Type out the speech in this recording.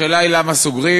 השאלה היא למה סוגרים.